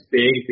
big